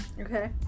Okay